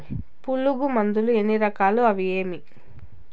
పులుగు మందులు ఎన్ని రకాలు అవి ఏవి?